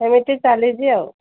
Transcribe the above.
ସେମିତି ଚାଲିଛି ଆଉ